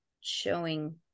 showing